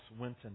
Winton